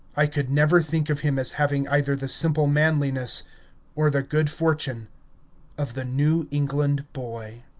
i could never think of him as having either the simple manliness or the good fortune of the new england boy.